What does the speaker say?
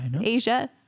Asia